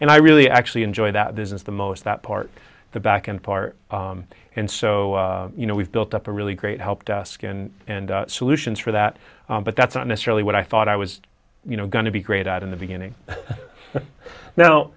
and i really actually enjoy that business the most that part the back and part and so you know we've built up a really great help desk and and solutions for that but that's not necessarily what i thought i was you know going to be great at in the beginning now